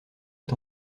est